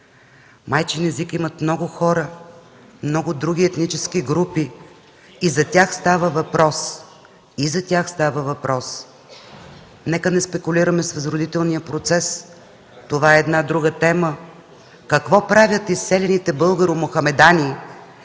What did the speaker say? Майчин език имат много хора, много други етнически групи и за тях става въпрос. Нека не спекулираме с възродителния процес. Това е друга тема. Какво правят изселените българомохамедани